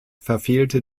verfehlte